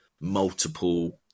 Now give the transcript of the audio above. multiple